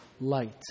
light